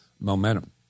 momentum